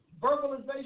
Verbalization